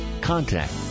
contact